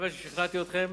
מקווה ששכנעתי אתכם.